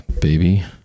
baby